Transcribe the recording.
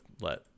let